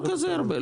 לא כזה הרבה.